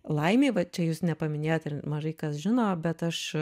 laimė va čia jūs nepaminėjot ir mažai kas žino bet aš